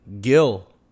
Gil